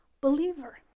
believer